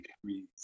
degrees